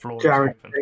Jared